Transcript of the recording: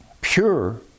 pure